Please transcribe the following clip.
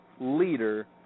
Leader